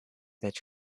that